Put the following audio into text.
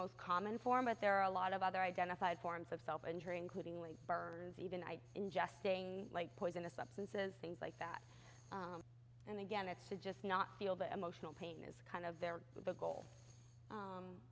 most common form but there are a lot of other identified forms of self injury including labors even ingesting like poisonous substances things like that and again it's just not feel the emotional pain is kind of there the